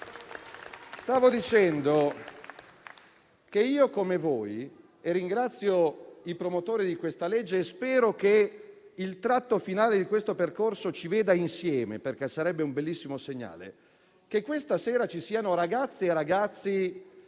Stavo dicendo che io, come voi, ringrazio i promotori di questa legge e spero che il tratto finale di questo percorso ci veda insieme, perché sarebbe un bellissimo segnale. Che questa sera ci siano ragazze e ragazzi